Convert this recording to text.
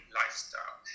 lifestyle